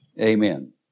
Amen